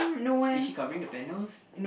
is she covering the panels